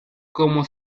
como